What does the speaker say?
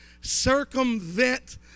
circumvent